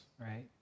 right